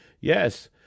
yes